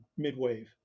midwave